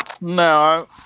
No